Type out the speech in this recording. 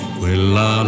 quella